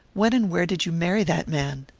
when and where did you marry that man?